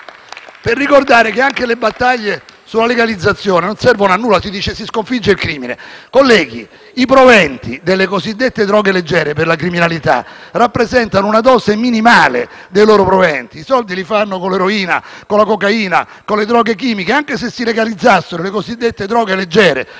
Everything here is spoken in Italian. per ricordare che anche le battaglie sulla legalizzazione non servono a nulla. Si dice che così si sconfigge il crimine: colleghi, per la criminalità, i proventi delle cosiddette droghe leggere rappresentano una quota minimale dei loro profitti. I soldi li fanno con l'eroina, con la cocaina, con le droghe chimiche. Anche se si legalizzassero le cosiddette droghe leggere